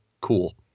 cool